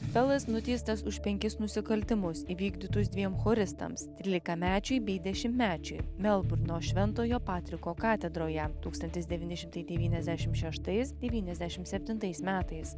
pelas nuteistas už penkis nusikaltimus įvykdytus dviem choristams trylikamečiui bei dešimtmečiui melburno šventojo patriko katedroje tūkstantis devyni šimtai devyniasdešim šeštais devyniasdešimt septintais metais